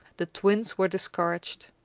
the twins were discouraged.